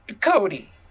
cody